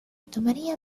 tomaría